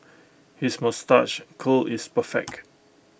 his moustache curl is perfect